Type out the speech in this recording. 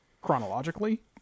chronologically